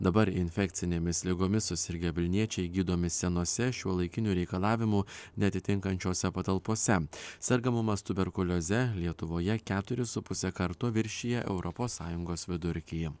dabar infekcinėmis ligomis susirgę vilniečiai gydomi senose šiuolaikinių reikalavimų neatitinkančiose patalpose sergamumas tuberkulioze lietuvoje keturis su puse karto viršija europos sąjungos vidurkį